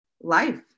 life